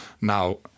Now